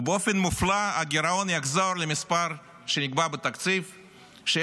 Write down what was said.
ובאופן מופלא הגירעון יחזור למספר שנקבע בתקציב,6.6%.